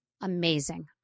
amazing